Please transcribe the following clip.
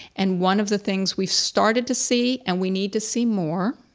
and one of the things we've started to see, and we need to see more,